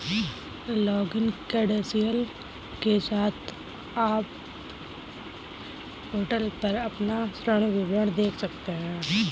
login credential के साथ, आप पोर्टल पर अपना ऋण विवरण देख सकते हैं